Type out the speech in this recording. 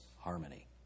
harmony